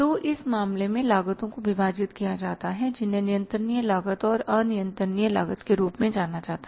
तो इस मामले में लागतों को विभाजित किया जाता है जिन्हें नियंत्रणीय लागत और अनियंत्रणनिय लागत के रूप में जाना जाता है